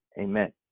Amen